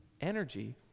energy